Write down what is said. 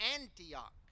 Antioch